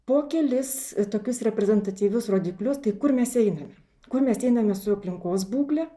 po kelis tokius reprezentatyvius rodiklius tai kur mes einame kur mes einame su aplinkos būkle